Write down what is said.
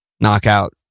Knockout